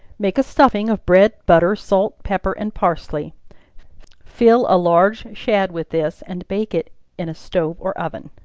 make a stuffing of bread, butter, salt, pepper and parsley fill a large shad with this, and bake it in a stove or oven.